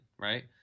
right